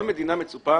כל מדינה מצופה